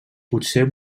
potser